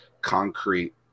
concrete